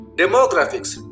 demographics